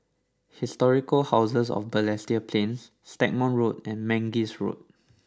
Historic House of Balestier Plains Stagmont Road and Mangis Road